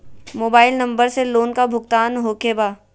Mobile number से loan का भुगतान होखे बा?